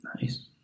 Nice